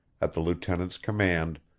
at the lieutenant's command,